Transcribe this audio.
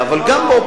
אבל גם באופוזיציה,